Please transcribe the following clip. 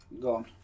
Gone